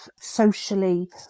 socially